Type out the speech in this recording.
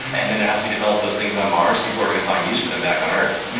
and then as we develop those things on mars, people are going to find use for them back on earth.